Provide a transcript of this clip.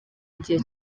igihe